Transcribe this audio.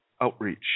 Outreach